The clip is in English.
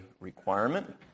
requirement